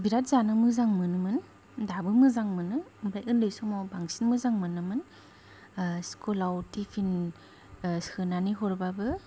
बिराद जानो मोजां मोनोमोन दाबो मोजां मोनो ओमफाय ओनदै समाव बांसिन मोजां मोनोमोन स्कुलाव टिपिन सोनानै हरबाबो